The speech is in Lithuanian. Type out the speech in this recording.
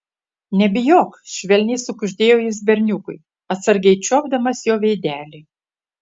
nebijok švelniai sukuždėjo jis berniukui atsargiai čiuopdamas jo veidelį